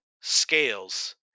scales